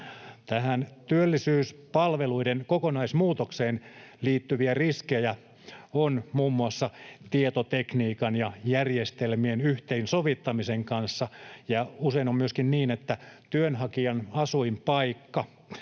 työllisyyspalveluiden kokonaismuutokseen liittyviä riskejä on muun muassa tietotekniikan ja järjestelmien yhteensovittamisen kanssa, ja usein on myöskin niin, että työnhakijan asuinpaikka